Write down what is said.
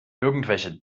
irgendwelche